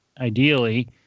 ideally